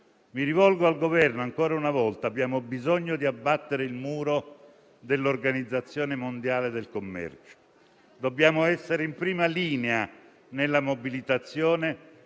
Mi rivolgo ancora una volta al Governo. Abbiamo bisogno di abbattere il muro dell'Organizzazione mondiale del commercio. Dobbiamo essere in prima linea nella mobilitazione